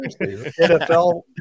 NFL